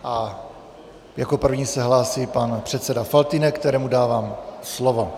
A jako první se hlásí pan předseda Faltýnek, kterému dávám slovo.